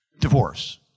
divorce